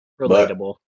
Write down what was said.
Relatable